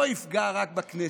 לא יפגע רק בכנסת,